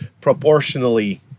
proportionally